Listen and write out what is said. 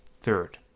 third